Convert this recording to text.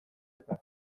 eta